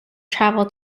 travel